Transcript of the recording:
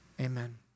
Amen